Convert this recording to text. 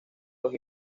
los